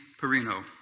Perino